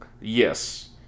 Yes